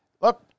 look